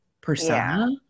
persona